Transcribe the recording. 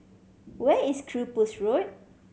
where is Cyprus Road